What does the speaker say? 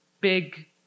big